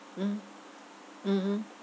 mm mmhmm